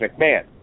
McMahon